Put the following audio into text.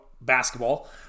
basketball